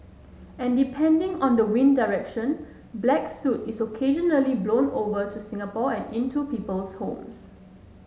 and depending on the wind direction black soot is occasionally blown over to Singapore and into people's homes